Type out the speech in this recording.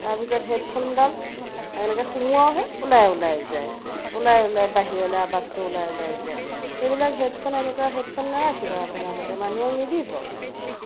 তাৰপিছত হেডফোনডাল এনেকৈ সোমোৱাওঁহে ওলাই ওলাই যায় ওলাই ওলাই বাহিৰলৈ আৱাজটো ওলাই ওলাই যায় সেইবিলাক হেডফোন এনেকুৱা হেডফোন নাৰাখিব আপোনালোকে মানুহক নিদিব